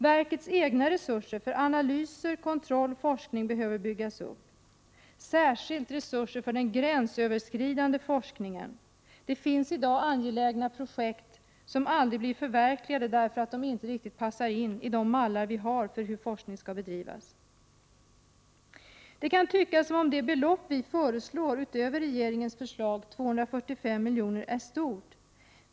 Verkets egna resurser för analyser, kontroll och forskning behöver byggas upp, särskilt resurser för den gränsöverskridande forskningen. Det finns i dag angelägna projekt som aldrig blir förverkligade därför att de inte riktigt passar in i de mallar vi har för hur forskning skall bedrivas. Det kan tyckas som om det belopp vi föreslår utöver regeringens förslag, 245 miljoner, är stort.